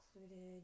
included